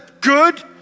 good